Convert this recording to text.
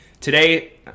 Today